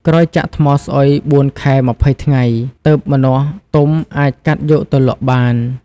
ក្រោយចាក់ថ្មស្អុយ ៤ខែ២០ថ្ងៃ ទើបម្ចាស់ទុំអាចកាត់យកទៅលក់បាន។